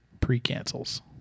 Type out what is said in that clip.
pre-cancels